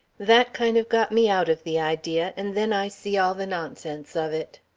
that kind of got me out of the idea, and then i see all the nonsense of it.